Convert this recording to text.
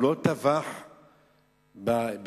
הוא לא טבח ב"פתח"?